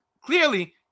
clearly